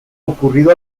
ocurrido